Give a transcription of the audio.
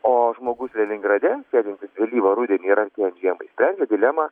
o žmogus leningrade sėdintis vėlyvą rudenį ir artėjant žiemai sprendžia dilemą